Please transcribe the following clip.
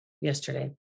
yesterday